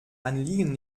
anliegen